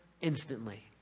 instantly